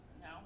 No